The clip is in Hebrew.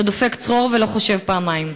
אתה דופק צרור ולא חושב פעמיים."